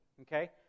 Okay